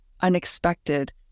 unexpected